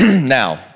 now